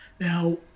Now